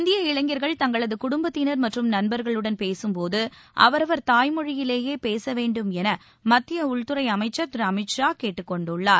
இந்திய இளைஞர்கள் தங்களது குடும்பத்தினர் மற்றும் நண்பர்களுடன் பேசும்போது அவரவர் தாய்மொழியிலேயே பேச வேண்டும் என மத்திய உள்துறை அமைச்சர் திரு அமித் ஷா கேட்டுக் கொண்டுள்ளார்